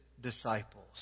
disciples